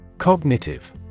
Cognitive